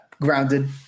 grounded